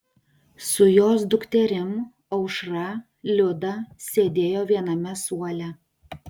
su jos dukterim aušra liuda sėdėjo viename suole